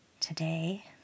today